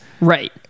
right